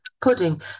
pudding